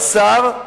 לשר,